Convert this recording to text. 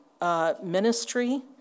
ministry